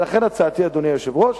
ולכן הצעתי, אדוני היושב-ראש,